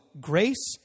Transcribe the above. grace